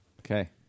Okay